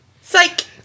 Psych